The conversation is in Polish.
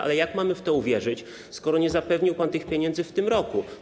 Ale jak mamy w to uwierzyć, skoro nie zapewnił pan tych pieniędzy w tym roku?